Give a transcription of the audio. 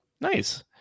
Nice